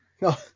No